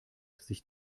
sich